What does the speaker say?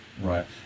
right